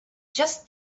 just